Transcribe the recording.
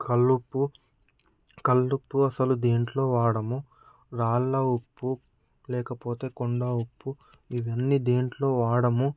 కల్లుప్పు కల్లుప్పు అసలు దీంట్లో వాడము రాళ్ళ ఉప్పు లేకపోతే కొన్న ఉప్పు ఇవన్నీదీంట్లో వాడము